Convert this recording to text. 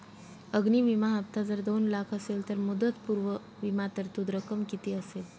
अग्नि विमा हफ्ता जर दोन लाख असेल तर मुदतपूर्व विमा तरतूद रक्कम किती असेल?